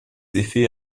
effets